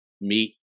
meet